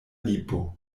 lipo